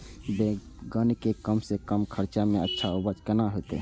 बेंगन के कम से कम खर्चा में अच्छा उपज केना होते?